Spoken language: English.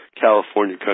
California